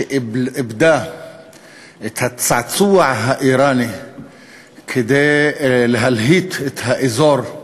שאיבדה את הצעצוע האיראני כדי להלהיט את האזור,